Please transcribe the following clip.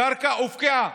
הקרקע הופקעה.